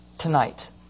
Tonight